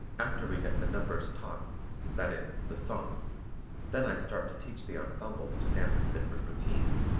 after we get the numbers taught that is, the songs then i start to teach the ensembles to dance the different routines.